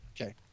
Okay